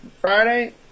Friday